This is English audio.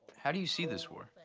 how do you see this war?